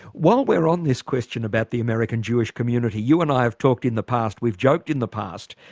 while we're on this question about the american jewish community, you and i have talked in the past, we've joked in the past,